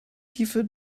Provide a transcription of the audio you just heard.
tiefe